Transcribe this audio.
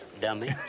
dummy